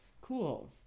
cool